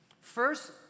First